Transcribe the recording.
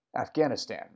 Afghanistan